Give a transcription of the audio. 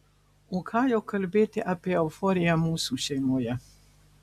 o ką jau kalbėti apie euforiją mūsų šeimoje